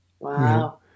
Wow